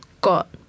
got